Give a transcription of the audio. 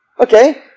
Okay